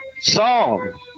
song